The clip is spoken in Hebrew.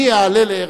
אני אעלה לארץ-ישראל.